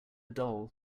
doll